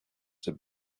the